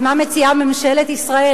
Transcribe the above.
אז מה מציעה ממשלת ישראל?